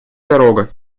дорога